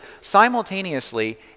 simultaneously